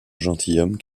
gentilhomme